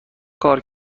کار